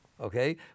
okay